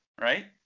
Right